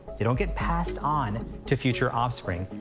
they don't get passed on to future offspring.